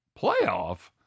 Playoff